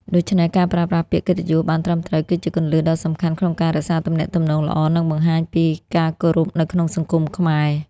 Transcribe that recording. ដូច្នេះ ការប្រើប្រាស់ពាក្យកិត្តិយសបានត្រឹមត្រូវ គឺជាគន្លឹះដ៏សំខាន់ក្នុងការរក្សាទំនាក់ទំនងល្អ និងបង្ហាញពីការគោរពនៅក្នុងសង្គមខ្មែរ។